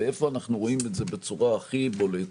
ואיפה אנחנו רואים את זה בצורה הכי בולטת?